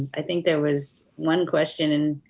i think there was one question and